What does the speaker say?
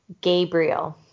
Gabriel